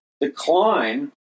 decline